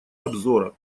обзора